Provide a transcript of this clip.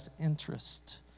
interest